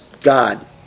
God